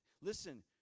Listen